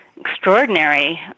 extraordinary